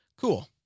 Cool